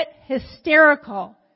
hysterical